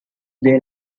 they